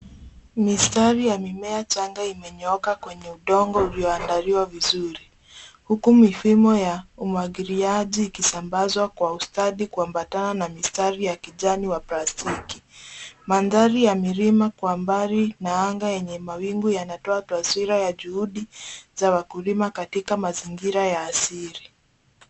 Mistari ya mimea changa imenyooka kwenye udongo ulioandaliwa vizuri, huku mifumo ya umwagiliaji ikisambazwa kwa ustadi kuambatana na mistari ya kijani wa plastiki. Mandhari ya milima kwa mbali na anga yenye mawingu yanatoa taswira ya juhudi za wakulima katika mazingira ya asili.